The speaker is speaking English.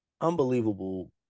unbelievable